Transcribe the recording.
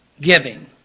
giving